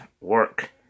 work